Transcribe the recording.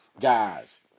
guys